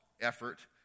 effort